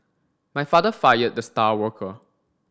my father fired the star worker